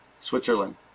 Switzerland